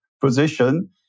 position